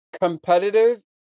competitive